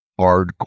hardcore